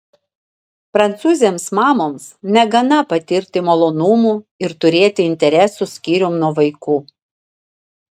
prancūzėms mamoms negana patirti malonumų ir turėti interesų skyrium nuo vaikų